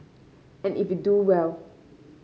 and if you do well